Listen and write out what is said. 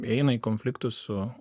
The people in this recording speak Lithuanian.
eina į konfliktus su